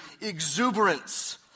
exuberance